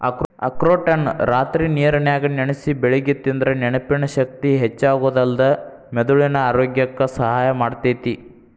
ಅಖ್ರೋಟನ್ನ ರಾತ್ರಿ ನೇರನ್ಯಾಗ ನೆನಸಿ ಬೆಳಿಗ್ಗೆ ತಿಂದ್ರ ನೆನಪಿನ ಶಕ್ತಿ ಹೆಚ್ಚಾಗೋದಲ್ದ ಮೆದುಳಿನ ಆರೋಗ್ಯಕ್ಕ ಸಹಾಯ ಮಾಡ್ತೇತಿ